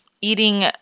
eating